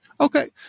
Okay